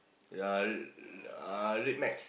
ya uh red max